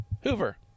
hoover